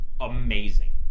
amazing